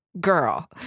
girl